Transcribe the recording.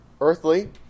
earthly